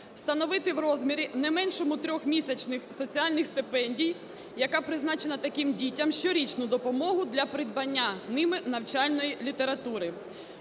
встановити в розмірі не меншому 3-місячних соціальних стипендій, яка призначена таким дітям, щорічну допомогу для придбання ними навчальної літератури.